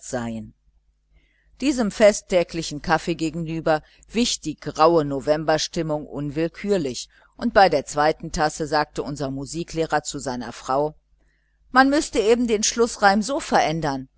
seien diesem festtäglichen kaffee gegenüber wich die graue novemberstimmung unwillkürlich und bei der zweiten tasse sagte unser musiklehrer zu seiner frau man müßte eben den schlußreim so verändern